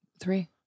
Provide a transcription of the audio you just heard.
Three